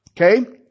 Okay